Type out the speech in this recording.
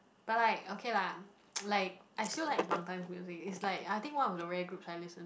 but like okay lah like I still like bangtan music it's like I think one of the rare group I listen